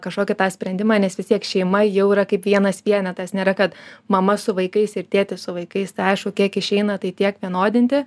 kažkokį tą sprendimą nes vis tiek šeima jau yra kaip vienas vienetas nėra kad mama su vaikais ir tėtis su vaikais tai aišku kiek išeina tai tiek vienodinti